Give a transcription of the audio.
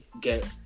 get